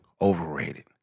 overrated